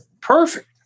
perfect